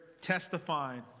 testifying